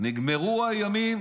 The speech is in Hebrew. נגמרו הימים